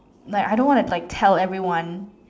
like I don't wanna like tell everyone